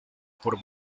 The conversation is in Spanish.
por